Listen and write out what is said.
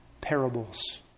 parables